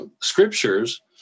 scriptures